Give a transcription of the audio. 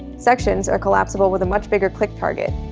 sections are collapsible with a much bigger click target,